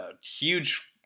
huge